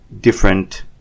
different